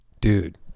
Dude